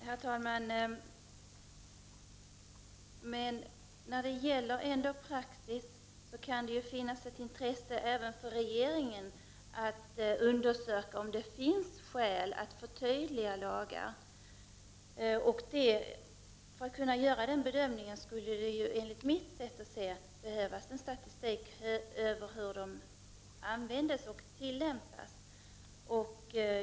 Herr talman! När det gäller praxis kan det finnas ett intresse även för regeringen att undersöka om det finns skäl att förtydliga lagar. För att kunna göra den bedömningen skulle det enligt mitt sätt att se behövas statistik över hur lagarna tillämpas.